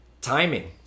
timing